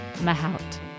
Mahout